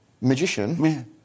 Magician